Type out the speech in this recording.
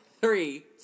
three